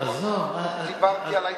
יפה.